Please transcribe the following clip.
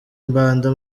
mbanda